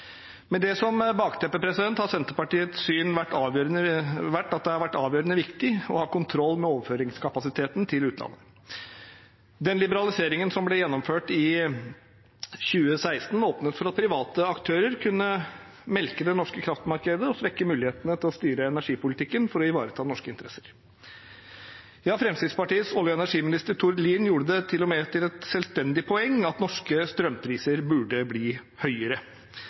Med det som bakteppe har Senterpartiets syn vært at det har vært avgjørende viktig å ha kontroll med overføringskapasiteten til utlandet. Den liberaliseringen som ble gjennomført i 2016, åpnet for at private aktører kunne melke det norske kraftmarkedet og svekke mulighetene til å styre energipolitikken for å ivareta norske interesser. Fremskrittspartiets olje- og energiminister Tord Lien gjorde det til og med til et selvstendig poeng at norske strømpriser burde bli høyere.